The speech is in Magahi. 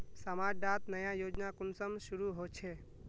समाज डात नया योजना कुंसम शुरू होछै?